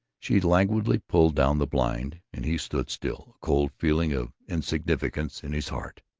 she languidly pulled down the blind, and he stood still, a cold feeling of insignificance in his heart.